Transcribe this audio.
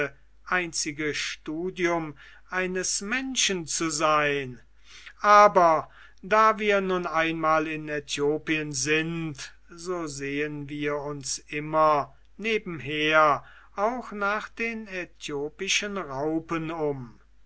einzige studium eines menschen zu sein aber da wir nun einmal in aethiopien sind so sehen wir uns immer nebenher auch nach den äthiopischen raupen um